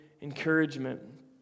encouragement